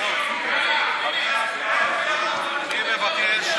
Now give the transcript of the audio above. חיליק, חיליק, חיליק, חיליק,